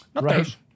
Right